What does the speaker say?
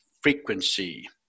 frequency